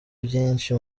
byinshi